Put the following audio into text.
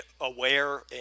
aware